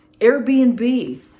Airbnb